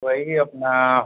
वही अपना